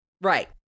Right